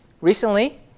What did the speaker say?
Recently